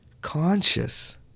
conscious